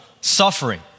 suffering